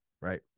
right